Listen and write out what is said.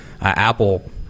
Apple